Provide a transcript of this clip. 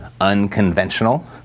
unconventional